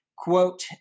Quote